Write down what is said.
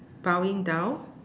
bowing down